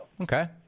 Okay